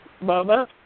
Mama